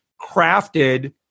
crafted